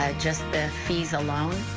ah just the fees alone,